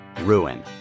Ruin